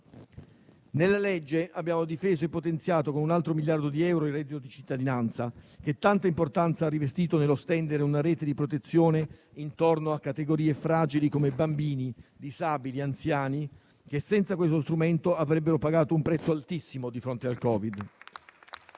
di legge abbiamo difeso e potenziato, con un altro miliardo di euro, il reddito di cittadinanza, che tanta importanza ha rivestito nello stendere una rete di protezione intorno a categorie fragili, come bambini, disabili e anziani, che senza questo strumento avrebbero pagato un prezzo altissimo di fronte al Covid.